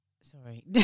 Sorry